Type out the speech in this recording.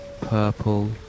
purple